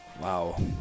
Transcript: Wow